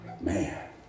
Man